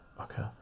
okay